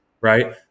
Right